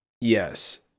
Yes